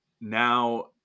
now